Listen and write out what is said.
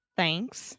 Thanks